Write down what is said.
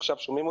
לנו